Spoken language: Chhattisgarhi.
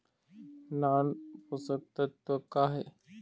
नान पोषकतत्व का हे?